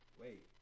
Wait